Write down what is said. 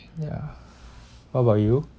ya what about you